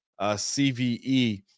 CVE